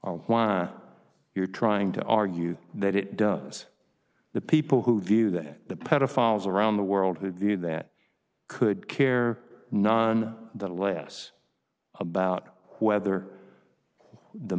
while you're trying to argue that it does the people who view that the pedophiles around the world who did that could care none the less about whether the